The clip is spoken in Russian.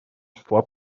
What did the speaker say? числа